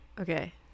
Okay